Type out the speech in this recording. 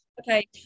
Okay